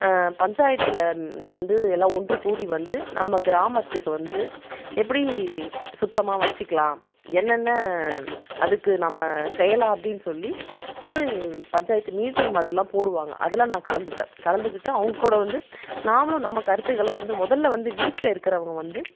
பஞ்சாயத்தில் வந்து எல்லா ஒன்றுகூடி வந்து நம்ம கிராமத்துக்கு வந்து எப்படீ சுத்தமாக வைச்சுக்கலாம் என்னென்ன அதுக்கு நம்ம செய்யலாம் அப்படின்னு சொல்லி ஒரு பஞ்சாயத்து மீட்டிங் மாதிரிலாம் போடுவாங்க அதுலாம் நான் கலந்துப்பேன் கலந்துகிட்டு அவங்ககூட வந்து நானும் நம்ம கருத்துகளை வந்து முதல்ல வந்து வீட்டில் இருக்கிறவங்க வந்து